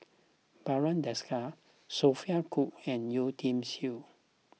Barry Desker Sophia Cooke and Yeo Tiam Siew